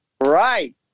Right